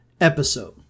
episode